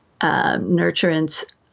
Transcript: nurturance